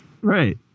Right